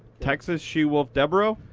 texas shewolf deboro?